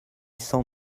sans